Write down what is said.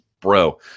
bro